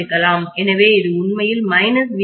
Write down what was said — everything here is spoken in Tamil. எனவே இது உண்மையில்−vB ஆகும்